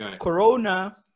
Corona –